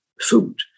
food